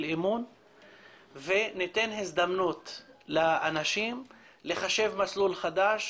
אמון ושניתן הזדמנות לאנשים לחשב מסלול מחדש,